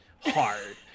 hard